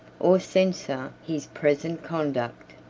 or censure his present conduct.